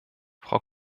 frau